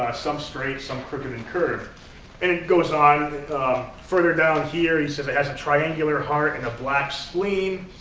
some straight, some crooked and curved. and it goes on. further down here, he says it has a triangular heart and a black spleen.